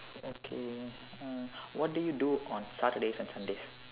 okay uh what do you do on Saturdays and Sundays